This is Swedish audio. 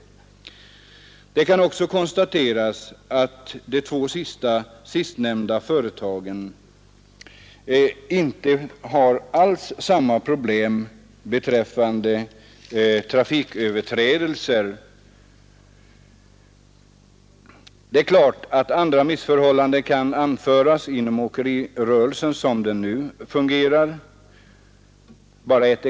Det kan också konstateras att Svelast och OK inte har samma problem som övriga företag beträffande trafiköverträdelser. Det är klart att andra missförhållanden inom åkerirörelsen så som den nu fungerar kan anföras.